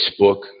Facebook